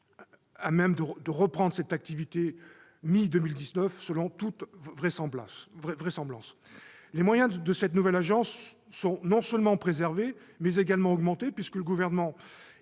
à même de reprendre cette activité mi-2019, selon toute vraisemblance. Les moyens de cette nouvelle agence sont non seulement préservés, mais également augmentés, puisque le Gouvernement et